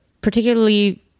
particularly